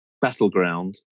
battleground